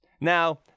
Now